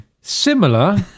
similar